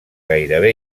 gairebé